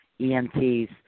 EMTs